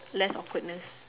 less awkwardness